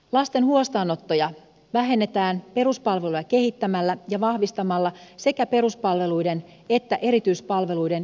lasten huostaanottoja vähennetään kehittämällä peruspalveluja ja vahvistamalla sekä peruspalveluiden että erityispalveluiden yhteistyötä